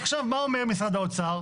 עכשיו מה אומר משרד האוצר?